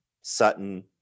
Sutton